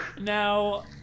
Now